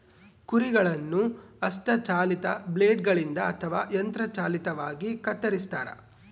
ಕುರಿಗಳನ್ನು ಹಸ್ತ ಚಾಲಿತ ಬ್ಲೇಡ್ ಗಳಿಂದ ಅಥವಾ ಯಂತ್ರ ಚಾಲಿತವಾಗಿ ಕತ್ತರಿಸ್ತಾರ